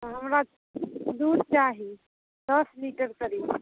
हमरा दूध चाही दश लीटर करीब